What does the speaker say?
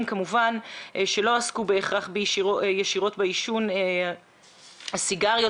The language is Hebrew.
שלא עסקו בהכרח ישירות בעישון סיגריות,